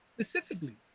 specifically